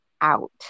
out